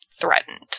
threatened